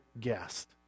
guest